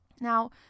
Now